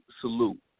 salute